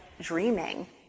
dreaming